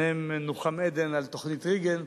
שניהם נוחם עדן, על תוכנית רייגן,